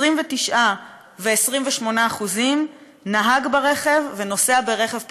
29% ו-28% נהג ברכב ונוסע ברכב פרטי,